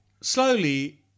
slowly